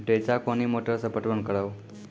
रेचा कोनी मोटर सऽ पटवन करव?